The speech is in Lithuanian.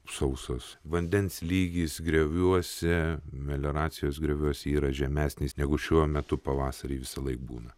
sausos vandens lygis grioviuose melioracijos grioviuose yra žemesnis negu šiuo metu pavasarį visąlaik būna